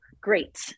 Great